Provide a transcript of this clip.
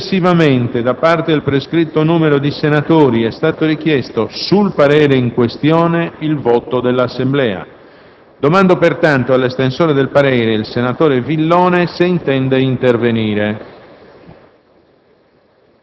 Successivamente, da parte del prescritto numero di senatori, è stato richiesto, sul parere in questione, il voto dell'Assemblea. Domando pertanto all'estensore del parere, senatore Villone, se intende intervenire.